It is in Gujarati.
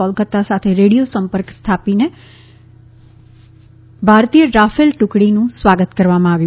કોલકાતા સાથે રેડિયો સંપર્ક સ્થાપિત કરીને ભારતીય રાફેલ ટ્રકડીનું સ્વાગત કરવામાં આવ્યું